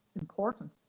important